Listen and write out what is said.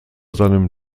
seinem